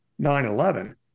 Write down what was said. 9-11